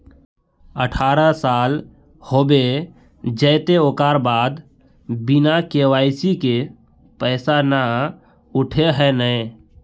अठारह साल होबे जयते ओकर बाद बिना के.वाई.सी के पैसा न उठे है नय?